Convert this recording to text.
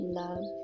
love